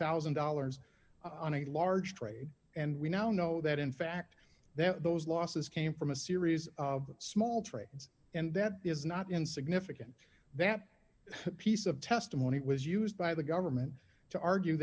thousand dollars on a large trade and we now know that in fact that those losses came from a series of small trades and that is not in significant that piece of testimony was used by the government to argue